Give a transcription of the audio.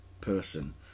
person